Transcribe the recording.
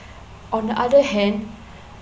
on the other hand